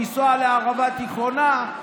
לנסוע לערבה התיכונה.